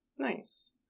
nice